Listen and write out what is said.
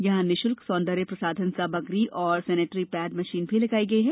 यहाँ निश्ल्क सौन्दर्य प्रसाधन सामग्री और सेनिटरी पेड मशीन भी लगाई गई है